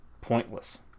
pointless